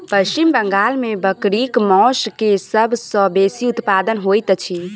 पश्चिम बंगाल में बकरीक मौस के सब सॅ बेसी उत्पादन होइत अछि